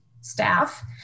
staff